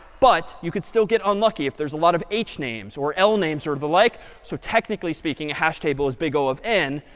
but you could still get unlucky if there's a lot of h names or l names or the like. so technically speaking, a hash table is big o of n.